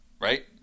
right